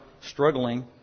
struggling